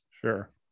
sure